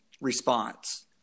response